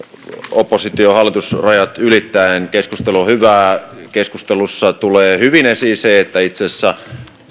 oppositio hallitus rajat ylittäen keskustelu on hyvää keskustelussa tulee hyvin esiin se että itse asiassa